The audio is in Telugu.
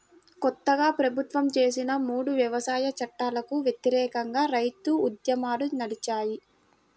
కొత్తగా ప్రభుత్వం చేసిన మూడు వ్యవసాయ చట్టాలకు వ్యతిరేకంగా రైతు ఉద్యమాలు నడిచాయి